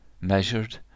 measured